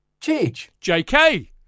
JK